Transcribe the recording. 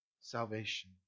salvation